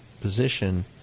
position